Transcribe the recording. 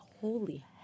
holy